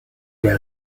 der